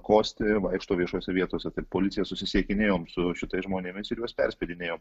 kosti vaikšto viešose vietose tai policija susisiekinėjom su šitais žmonėmis ir juos perspedinėjom